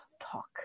talk